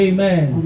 Amen